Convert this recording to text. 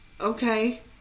Okay